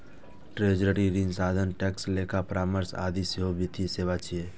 treasury, ऋण साधन, tax, लेखा परामर्श आदि सेहो वित्तीय सेवा छियै